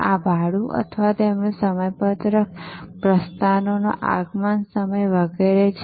આ ભાડું અથવા તેમનું સમયપત્રક પ્રસ્થાનનો આગમન સમય વગેરે જેવા છે